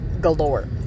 galore